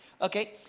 Okay